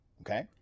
Okay